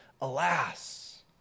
alas